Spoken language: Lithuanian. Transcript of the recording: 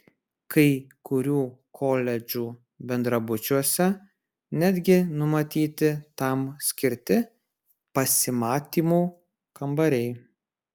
kai kurių koledžų bendrabučiuose netgi numatyti tam skirti pasimatymų kambariai